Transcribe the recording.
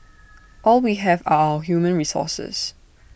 all we have are our human resources